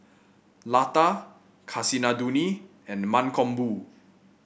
Lata Kasinadhuni and Mankombu